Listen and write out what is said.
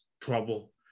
trouble